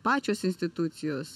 pačios institucijos